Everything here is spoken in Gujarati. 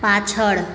પાછળ